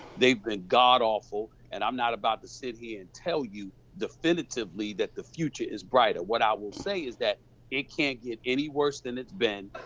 they've been god awful. and i'm not about to sit here and tell you definitively that the future is brighter. what i will say is that it can't get any worse than it's been.